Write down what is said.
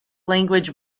language